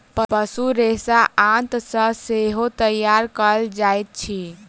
पशु रेशा आंत सॅ सेहो तैयार कयल जाइत अछि